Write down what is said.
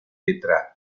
letra